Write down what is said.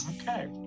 Okay